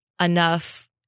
enough